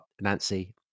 Nancy